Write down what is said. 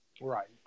Right